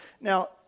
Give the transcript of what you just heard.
Now